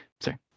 Sorry